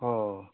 অঁ